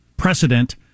Precedent